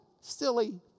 silly